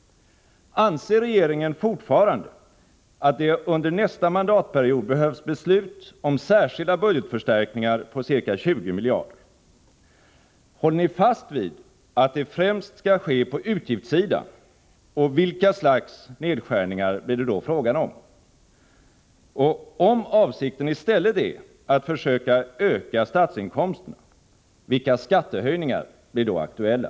Anser regeringen fortfarande att det under nästa mandatperiod behövs beslut om särskilda budgetförstärkningar på ca 20 miljarder? Håller ni fast vid att det främst skall ske på utgiftssidan, och vilka slags nedskärningar blir det då fråga om? Om avsikten i stället är att försöka öka statsinkomsterna, vilka skattehöjningar blir då aktuella?